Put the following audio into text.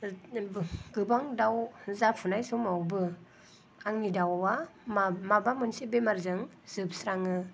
गोबां दाउ जाफुनाय समावबो आंनि दाउआ माबा मोनसे बेमारजों जोबस्राङो